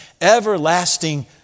Everlasting